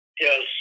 Yes